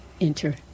enter